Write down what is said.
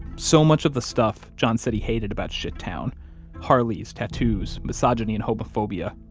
so much of the stuff john said he hated about shittown harleys, tattoos, misogyny and hobophobia,